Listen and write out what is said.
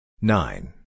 nine